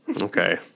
Okay